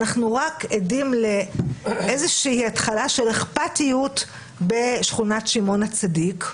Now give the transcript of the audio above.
אנחנו רק עדים לאיזושהי התחלה של אכפתיות בשכונת שמעון הצדיק,